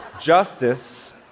Justice